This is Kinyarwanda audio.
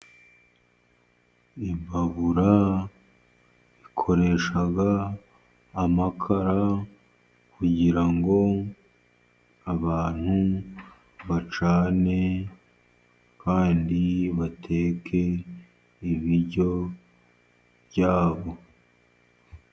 Imbabura ikoresha amakara, kugira ngo abantu bacane kandi bateke ibiryo byabo.